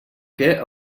què